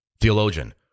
theologian